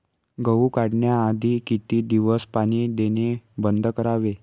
गहू काढण्याआधी किती दिवस पाणी देणे बंद करावे?